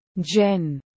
Jen